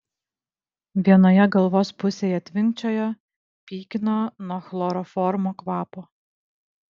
vienoje galvos pusėje tvinkčiojo pykino nuo chloroformo kvapo